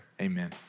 Amen